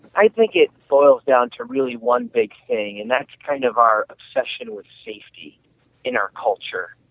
i think it goes down to really one big thing and that's kind of our obsession with safety in our culture.